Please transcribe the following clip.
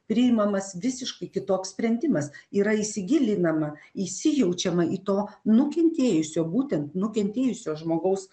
priimamas visiškai kitoks sprendimas yra įsigilinama įsijaučiama į to nukentėjusio būtent nukentėjusio žmogaus